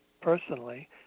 personally